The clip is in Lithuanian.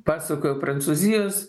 pasakojo prancūzijos